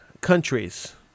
countries